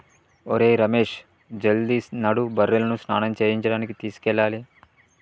ఒరేయ్ రమేష్ జల్ది నడు బర్రెలను స్నానం చేయించడానికి తీసుకెళ్లాలి